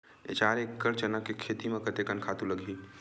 चार एकड़ चना के खेती कतेकन खातु लगही?